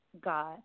God